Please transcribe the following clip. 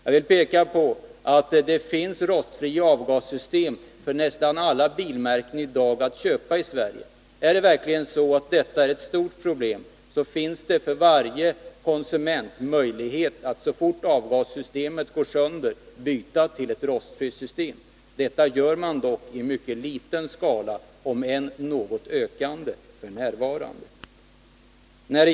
Jag vill peka på att det i dag finns nya rostfria avgassystem att köpa i Sverige för nästan alla bilmärken. Är det verkligen så, att detta är ett stort problem, finns det för varje konsument möjlighet att så fort avgassystemet går sönder byta till ett rostfritt system. Detta gör man dock i mycket liten skala, om än ökande.